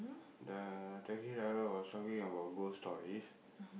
the taxi driver was talking about ghost stories